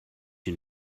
you